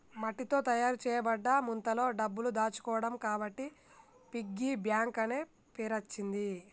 మట్టితో తయారు చేయబడ్డ ముంతలో డబ్బులు దాచుకోవడం కాబట్టి పిగ్గీ బ్యాంక్ అనే పేరచ్చింది